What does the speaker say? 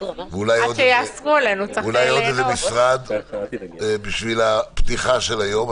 ואולי עוד איזה משרד בשביל הפתיחה של היום.